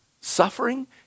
suffering